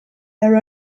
their